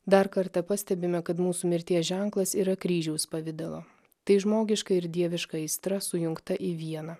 dar kartą pastebime kad mūsų mirties ženklas yra kryžiaus pavidalo tai žmogiška ir dieviška aistra sujungta į vieną